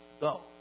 go